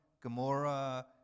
Gomorrah